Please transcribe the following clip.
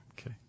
Okay